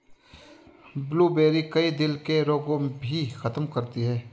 blueberry, कई दिल के रोग भी खत्म करती है